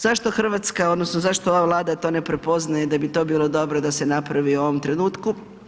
Zašto Hrvatska odnosno zašto ova Vlada to ne prepoznaje da bi to bilo dobro da se napravi u ovom trenutku?